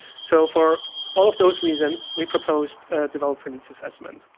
so for all of those reasons, we proposed developer needs assessment.